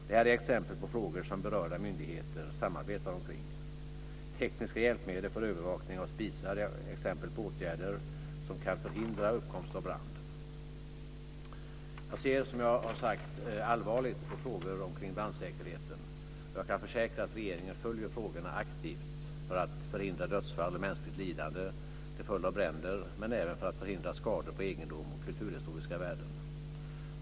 Detta är exempel på frågor som berörda myndigheter samarbetar omkring. Tekniska hjälpmedel för övervakning av spisar är exempel på åtgärder som kan förhindra uppkomst av brand. Jag ser allvarligt på frågor omkring brandsäkerhet och kan försäkra att regeringen följer frågorna aktivt för att främst förhindra dödsfall och mänskligt lidande till följd av bränder men även för att förhindra skador på egendom och kulturhistoriska värden.